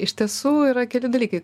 iš tiesų yra keli dalykai